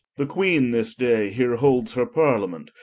the queene this day here holds her parliament,